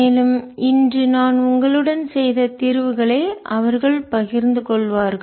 மேலும் இன்று நான் உங்களுடன் செய்த தீர்வுகளை அவர்கள் பகிர்ந்துகொள்வார்கள்